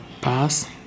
pass